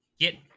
get